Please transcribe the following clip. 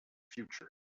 future